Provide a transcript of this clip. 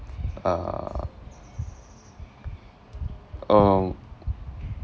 uh oh